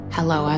Hello